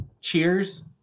cheers